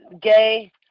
gay